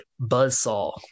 buzzsaw